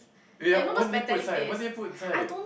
oh ya what did they put inside what did they put inside